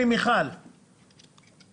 יוני